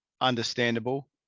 understandable